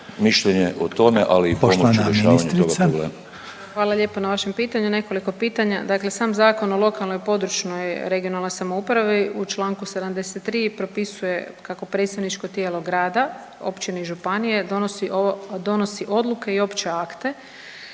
ministrica. **Brnjac, Nikolina (HDZ)** Hvala lijepo na vašem pitanju. Nekoliko pitanja, dakle sam Zakon o lokalnoj, područnoj (regionalnoj) samoupravi u čl. 73. propisuje kako predstavničko tijelo grada, općine i županije donosi odluke i opće akte